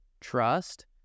trust